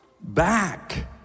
back